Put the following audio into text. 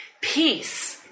peace